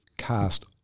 cast